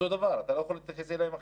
אותו דבר, אתה לא יכול להתייחס אליהם אחרת.